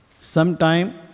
Sometime